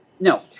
No